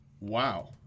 Wow